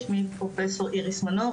שמי פרופ' איריס מנור,